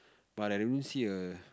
but I only see a